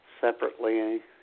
separately